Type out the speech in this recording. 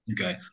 Okay